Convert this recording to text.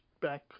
back